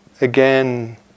again